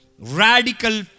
Radical